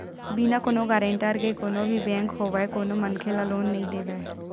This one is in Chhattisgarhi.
बिना कोनो गारेंटर के कोनो भी बेंक होवय कोनो मनखे ल लोन नइ देवय